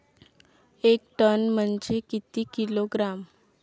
एक टन म्हनजे किती किलोग्रॅम?